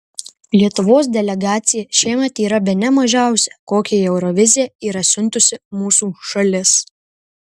lietuvos delegacija šiemet yra bene mažiausia kokią į euroviziją yra siuntusi mūsų šalis